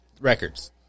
records